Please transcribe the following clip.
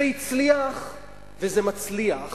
זה הצליח וזה מצליח